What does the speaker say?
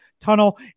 tunnel